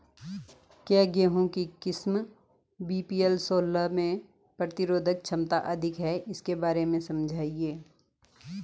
क्या गेहूँ की किस्म वी.एल सोलह में प्रतिरोधक क्षमता अधिक है इसके बारे में समझाइये?